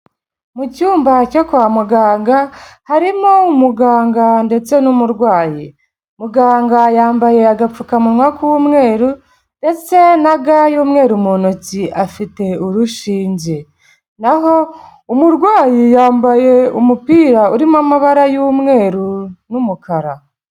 Mu cyumba cyo kwa muganga harimo umuganga ndetse n'umurwayi, muganga yambaye agapfukamunwa k'umweru ndetse na ga y'umweru mu ntoki afite urushinge, naho umurwayi yambaye umupira urimo amabara y'umweru n'umukara.